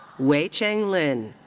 wei-cheng lin.